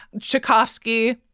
Tchaikovsky